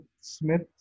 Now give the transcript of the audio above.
Smith